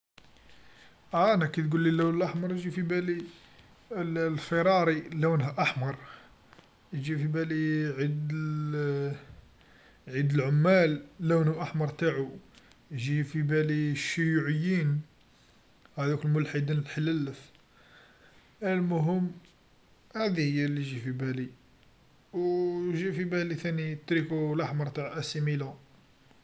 أه أنا كتقولي اللون الأحمر يجي في بالي الفراري لونها أحمر، يجي في بالي عيد عيد العمال لونو أحمر تاعو، يجيخفي بالي شيوعيين هاذوك الملحدين لحللف، المهم هاذي هيا ليجي في بالي و يجي في بالي ثاني تريكو لحمر تع أسي ميلو.